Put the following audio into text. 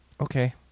okay